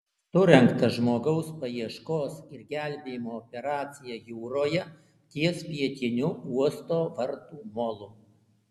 surengta žmogaus paieškos ir gelbėjimo operacija jūroje ties pietiniu uosto vartų molu